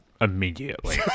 immediately